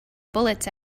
bullets